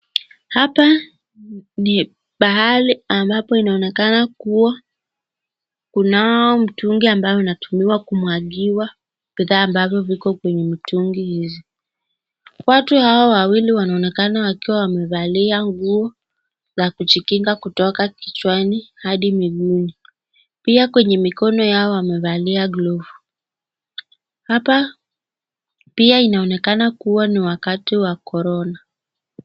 Hapa ni pahali ambapo inaonekana kuwa kunao mtungi ambao unatumiwa kumwagiwa bidhaa ambazo ziko kwenye mtungi hizi. Watu hawa wawili wanaonekana wakiwa wamevalia nguo za kujikinga kutoka kijwani hadi miguuni. Pia kwenye mikono yao amevalia glovu. Hapa pia inaonekana kuwa ni wakati wa corona.